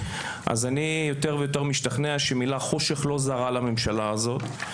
אז אני יותר ויותר משתכנע שהמילה חושך לא זרה לממשלה הזאת.